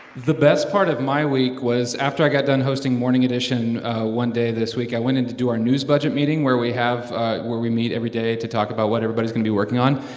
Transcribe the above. the best part of my week was, after i got done hosting morning edition one day this week, i went in to do our news budget meeting where we have ah where we meet every day to talk about what everybody's going to be working on.